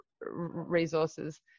resources